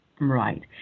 Right